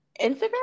Instagram